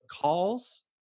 calls